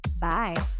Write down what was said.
Bye